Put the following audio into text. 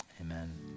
amen